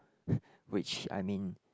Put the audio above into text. which I mean